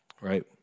Right